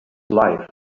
life